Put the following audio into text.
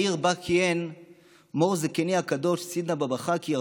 העיר שבה כיהן מו"ר זקני הקדוש סידנא בבא חאקי,